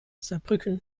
saarbrücken